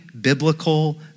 biblical